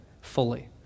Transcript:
fully